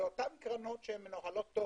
ואותן קרנות, שמנוהלות טוב